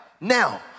now